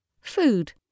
Food